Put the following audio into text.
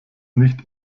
nicht